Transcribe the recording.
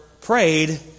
prayed